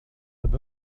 had